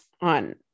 on